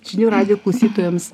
žinių radijo klausytojams